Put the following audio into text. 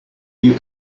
you